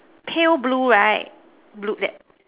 pale blue right blue that